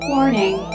Warning